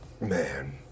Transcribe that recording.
Man